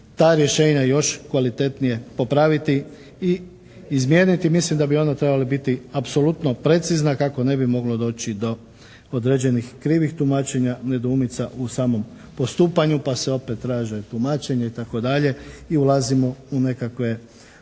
ta rješenja još kvalitetnije popraviti i izmijeniti. Mislim da bi ona trebala biti apsolutno precizna kako ne bi moglo doći do određenih krivih tumačenja, nedoumica u samom postupanju pa se opet traže tumačenja, itd., i ulazimo u nekakve